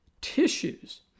tissues